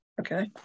okay